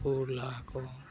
ᱯᱳᱼᱞᱟ ᱠᱚ